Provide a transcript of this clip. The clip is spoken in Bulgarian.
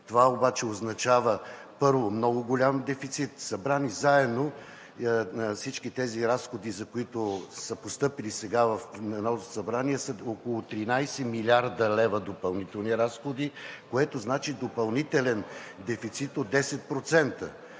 Това обаче означава, първо, много голям дефицит. Събрани заедно, всички тези разходи, които са постъпили сега в Народното събрание, са около 13 млрд. лв. допълнителни разходи, което значи допълнителен дефицит от 10%.